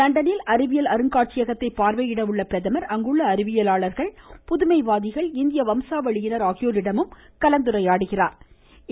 லண்டனில் அறிவியல் அருங்காட்சியகத்தை பார்வையிடும் பிரதமர் அங்குள்ள அறிவியலாளர்கள் புதுமைவாதிகள் இந்திய வம்சாவளியினர் கலந்துரையாடுகிறார்